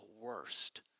worst